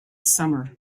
summer